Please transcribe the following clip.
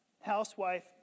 housewife